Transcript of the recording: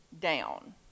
down